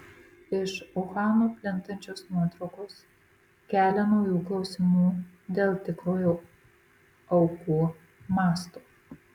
iš uhano plintančios nuotraukos kelia naujų klausimų dėl tikrojo aukų masto